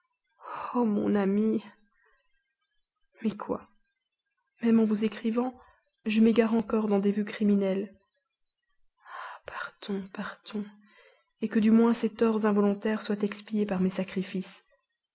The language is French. mon amie mais quoi même en vous écrivant je m'égare encore dans des vœux criminels ah partons partons et que du moins ces torts involontaires soient expiés par mes sacrifices